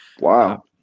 Wow